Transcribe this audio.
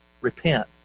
Repent